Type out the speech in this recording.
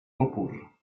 opór